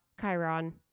Chiron